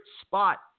spot